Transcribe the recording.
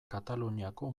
kataluniako